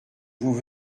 vous